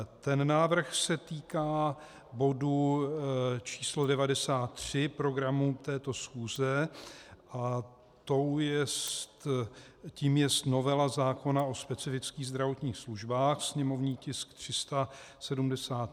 Ten návrh se týká bodu číslo 93 programu této schůze a tím jest novela zákona o specifických zdravotních službách, sněmovní tisk 371.